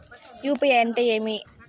UPI అంటే ఏమి?